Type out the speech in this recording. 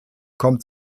kommt